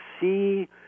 see